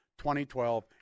2012